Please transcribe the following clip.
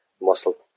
muscle